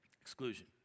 Exclusion